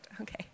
Okay